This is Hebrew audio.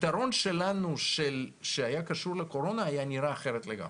הפתרון שלנו שהיה קשור לקורונה היה נראה אחרת לגמרי,